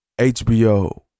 HBO